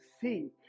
see